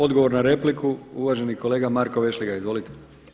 Odgovor na repliku uvaženi kolega Marko Vešligaj, izvolite.